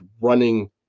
running